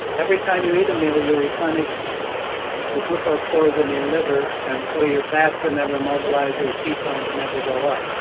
every time you eat a meal, you replenish the glucose storage in your liver, and so your fats are never mobilized your ketones never go up.